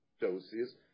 doses